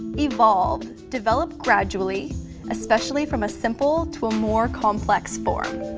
evolve, develop gradually especially from a simple to a more complex form.